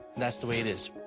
that's the way it is.